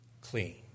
clean